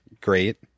great